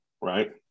right